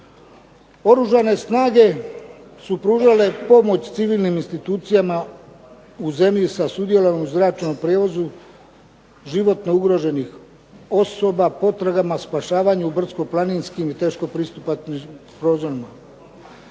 Oružane snage su pružale pomoć civilnim institucijama u zemlji sa sudjelovanjem u zračnom prijevozu životno ugroženih osoba, potragama, spašavanju u brdsko-planinskim i teško pristupačnim prostorima.